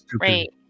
right